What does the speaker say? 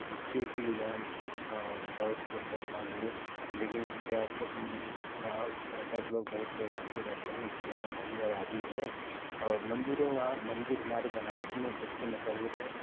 जिससे कि बहुत लोग परेशान हुए लेकिन क्या वहाँ पर्यटक लोग बहुत लोग आते रहते हैं इसलिए वहाँ घनी आबादी है और मंदिरों वहाँ मंदिर हमारे बनारस में सबसे मशहूर हैं